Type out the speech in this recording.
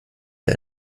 der